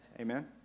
amen